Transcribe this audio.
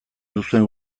duzuen